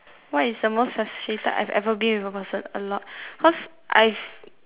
what is the most frustrated I've ever been with a person a lot cause I've